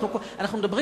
אנחנו מדברים,